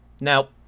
Now